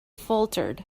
faltered